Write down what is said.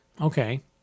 Okay